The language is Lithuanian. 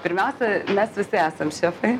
pirmiausia mes visi esam šefai